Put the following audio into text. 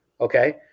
okay